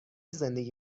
زندگی